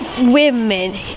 women